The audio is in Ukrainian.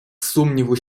сумніву